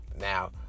Now